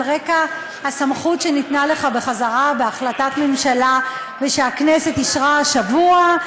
על רקע הסמכות שניתנה לך בחזרה בהחלטת ממשלה ושהכנסת אישרה השבוע,